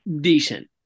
decent